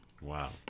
Wow